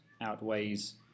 outweighs